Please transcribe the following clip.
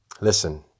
Listen